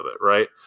right